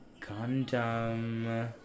Gundam